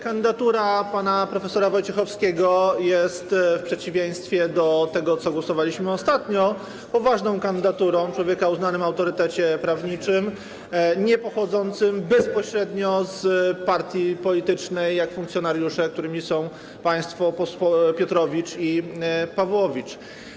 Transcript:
Kandydatura pana prof. Wojciechowskiego jest w przeciwieństwie do tego, nad czym głosowaliśmy ostatnio, poważną kandydaturą człowieka o uznanym autorytecie prawniczym, niepochodzącego bezpośrednio z partii politycznej, jak funkcjonariusze, którymi są państwo Piotrowicz i Pawłowicz.